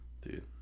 Dude